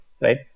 right